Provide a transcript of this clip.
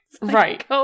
right